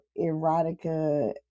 erotica